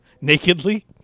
Nakedly